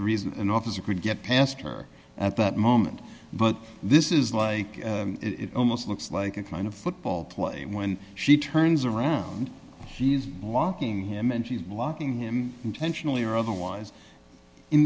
reason an officer could get past her at that moment but this is like it almost looks like a kind of football player when she turns around he's blocking him and she's blocking him intentionally or otherwise in